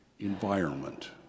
environment